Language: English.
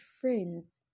friends